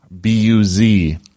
B-U-Z